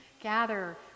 gather